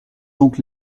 donc